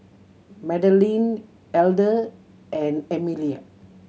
Madeleine Elder and Emelia